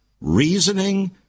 reasoning